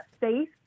safe